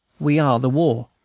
we are the war.